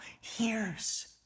hears